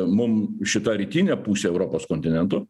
mum šita rytinė pusė europos kontinento